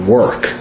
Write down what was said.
work